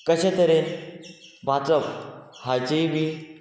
कशे तरेन वाचप हाचेय बी